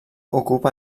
ocupa